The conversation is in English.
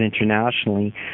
internationally